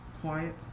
quiet